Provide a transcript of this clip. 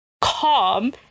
calm